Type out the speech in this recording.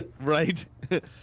Right